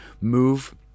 move